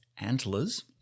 Antlers